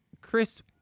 Chris